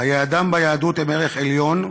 חיי אדם ביהדות הם ערך עליון,